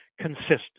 consistent